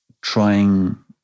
trying